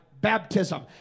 Baptism